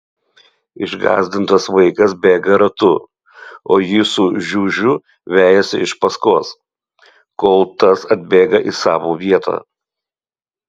išgąsdintas vaikas bėga ratu o jį su žiužiu vejasi iš paskos kol tas atbėga į savo vietą